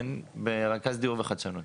רכז דיור וחדשנות.